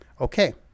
Okay